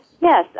Yes